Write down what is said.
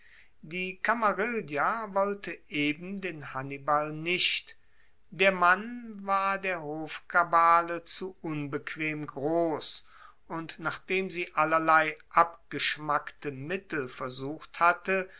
die kamarilla wollte eben den hannibal nicht der mann war der hofkabale zu unbequem gross und nachdem sie allerlei abgeschmackte mittel versucht hatte